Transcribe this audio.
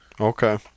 Okay